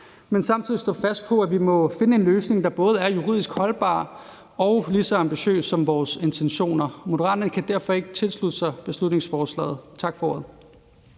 men samtidig stå fast på, at vi jo må finde en løsning, der både er juridisk holdbar og lige så ambitiøs som vores intentioner. Moderaterne kan derfor ikke tilslutte sig beslutningsforslaget. Tak for ordet.